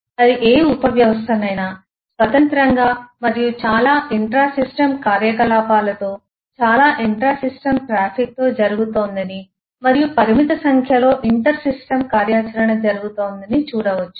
అది ఏ ఉపవ్యవస్థనైనా స్వతంత్రంగా మరియు చాలా ఇంట్రాసిస్టమ్ కార్యకలాపాలతో చాలా ఇంట్రాసిస్టమ్ ట్రాఫిక్తో జరుగుతోందని మరియు పరిమిత సంఖ్యలో ఇంటర్ సిస్టమ్ కార్యాచరణ జరుగుతోందని చూడవచ్చు